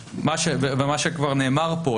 ומה שכבר נאמר פה,